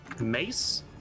mace